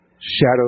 Shadow